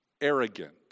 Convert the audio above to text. arrogant